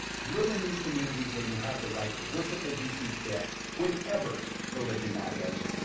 live in these communities where you have the right to worship as you see fit, whichever religion that is,